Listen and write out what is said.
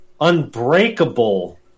Unbreakable